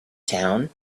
town